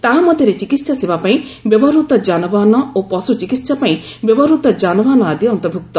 ତାହା ମଧ୍ୟରେ ଚିକିତ୍ସା ସେବା ପାଇଁ ବ୍ୟବହୃତ ଯାନବାହାନ ଓ ପଶୁ ଚିକିତ୍ସା ପାଇଁ ବ୍ୟବହୃତ ଯାନବାହାନ ଆଦି ଅନ୍ତର୍ଭୁକ୍ତ